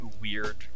weird